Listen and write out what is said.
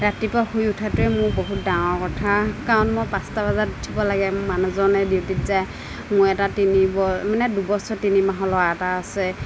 ৰাতিপুৱা শুই উঠাটোৱে মোৰ বহুত ডাঙৰ কথা কাৰণ মই পাঁচটা বজাত উঠিব লাগে মোৰ মানুহজনে ডিউটিত যায় মোৰ এটা তিনি ব মানে দুবছৰ তিনি মাহৰ ল'ৰা এটা আছে